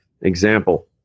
Example